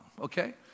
okay